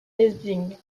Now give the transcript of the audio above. leibniz